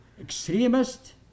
extremist